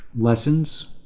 lessons